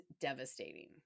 devastating